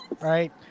Right